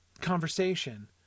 conversation